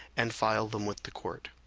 and file them with the court.